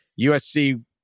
USC